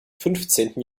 fünfzehnten